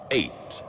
eight